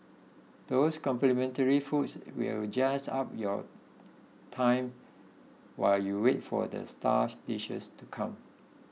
those complimentary foods will jazz up your time while you wait for the star dishes to come